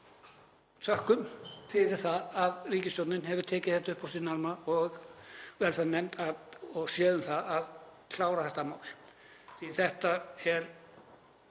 þökkum fyrir það að ríkisstjórnin hefur tekið þetta upp á sína arma og velferðarnefnd séð um að klára þetta mál því að þetta er